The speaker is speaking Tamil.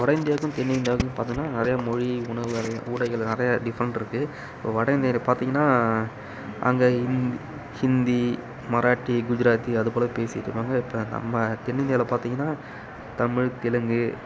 வட இந்தியாவுக்கும் தென் இந்தியாவுக்கும் பார்த்தோனா நிறைய மொழி உணவு உடைகள் நிறைய டிஃபரண்ட் இருக்குது இப்போ வட இந்தியரை பார்த்திங்கன்னா அங்கே ஹிந்தி மராத்தி குஜராத்தி அது போல பேசிகிட்டுருப்பாங்க இப்போ நம்ம தென் இந்தியாவில் பார்த்திங்கன்னா தமிழ் தெலுங்கு